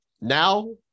Now